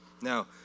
Now